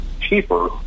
cheaper